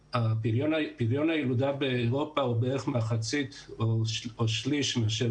הילודה באירופה - הוא בערך מחצית או שליש מאשר